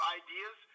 ideas